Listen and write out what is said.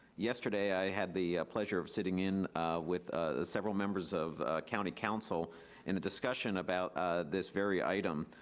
yesterday, i had the pleasure of sitting in with ah several members of county council in the discussion about this very item.